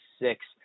six